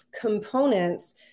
components